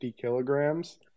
kilograms